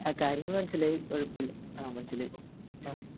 ആ കാര്യങ്ങള് മനസിലായി കുഴപ്പമില്ല ആ മനസിലായി ആ